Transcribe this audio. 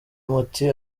muti